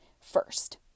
first